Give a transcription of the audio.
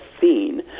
seen